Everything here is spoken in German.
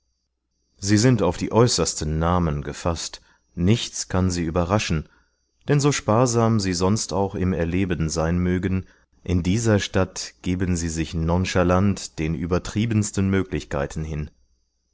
sie sind auf die äußersten namen gefaßt nichts kann sie überraschen denn so sparsam sie sonst auch im erleben sein mögen in dieser stadt geben sie sich nonchalant den übertriebensten möglichkeiten hin